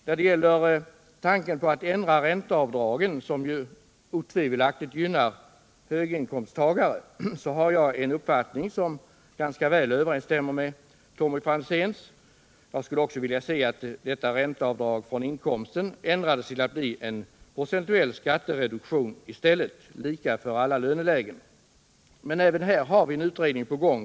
När det gäller tanken att ändra ränteavdragen, som otvivelaktigt gynnar höginkomsttagare, har jag en uppfattning som ganska väl överensstämmer med Tommy Franzéns; jag skulle också vilja se att detta ränteavdrag från inkomsten ändrades till en procentuell skattereduktion, lika för alla lönelägen. Men även här har vi en utredning på gång.